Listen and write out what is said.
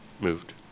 moved